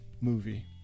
movie